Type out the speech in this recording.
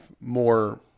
more